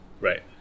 right